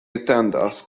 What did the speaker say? atendas